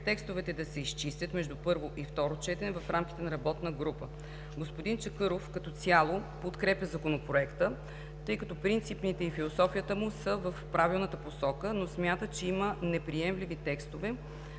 текстовете да се изчистят между първо и второ четене в рамките на работна група. Господин Чакъров като цяло подкрепя Законопроекта, тъй като принципите и философията му са в правилната посока, но смята, че има неприемливи текстове,